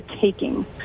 taking